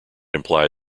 imply